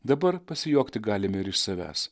dabar pasijuokti galime ir iš savęs